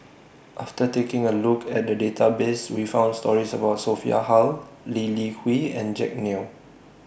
after taking A Look At The Database We found stories about Sophia Hull Lee Li Hui and Jack Neo